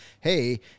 hey